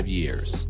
years